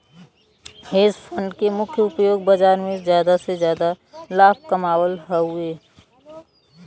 hedge fund क मुख्य उपयोग बाजार में जादा से जादा लाभ कमावल हउवे